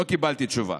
לא קיבלתי תשובה.